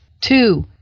Two